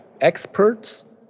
experts